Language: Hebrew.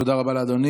תודה רבה לאדוני.